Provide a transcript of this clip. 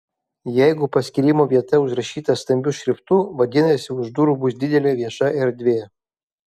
jeigu paskyrimo vieta užrašyta stambiu šriftu vadinasi už durų bus didelė vieša erdvė